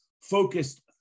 Focused